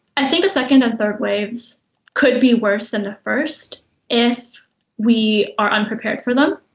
i think the second and third waves could be worse than the first if we are unprepared for them.